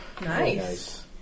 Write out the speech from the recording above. Nice